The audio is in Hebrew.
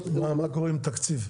מה קורה עם תקציב?